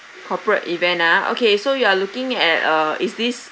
corporate event ah okay so you are looking at uh is this